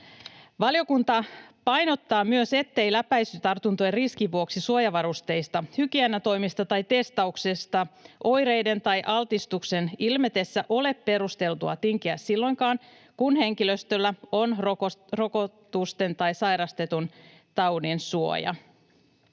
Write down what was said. Valiokunta painottaa myös, ettei läpäisytartuntojen riskin vuoksi suojavarusteista, hygieniatoimista tai testauksesta oireiden tai altistuksen ilmetessä ole perusteltua tinkiä silloinkaan, kun henkilöstöllä on rokotusten tai sairastetun taudin suoja.